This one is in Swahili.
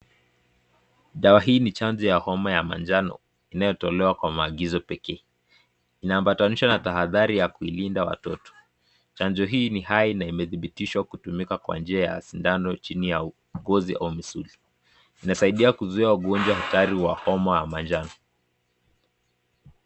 Dawa hii ni chanjo ya homa ya manjano inayotolewa kwa maagizo pekee. Inaambatana na tahadhari ya kuilinda watoto. Chanjo hii ni hai na imedhibitishwa kutumika kwa njia ya sindano chini ya ngozi au misuli. Inasaidia kuzuia ugonjwa hatari wa homa ya manjano.